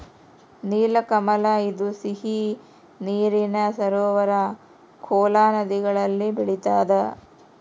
ನೀಲಕಮಲ ಇದು ಸಿಹಿ ನೀರಿನ ಸರೋವರ ಕೋಲಾ ನದಿಗಳಲ್ಲಿ ಬೆಳಿತಾದ